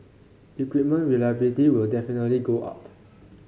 equipment reliability will definitely go up